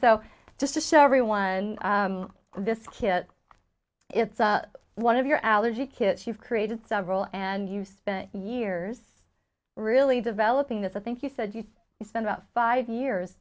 so just to show everyone this kid it's one of your allergy kits she's created several and you've spent years really developing as i think you said you spent about five years